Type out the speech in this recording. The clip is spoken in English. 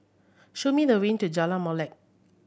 show me the way to Jalan Molek